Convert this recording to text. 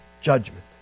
judgment